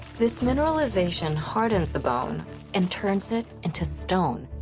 this mineralization hardens the bone and turns it into stone,